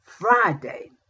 Friday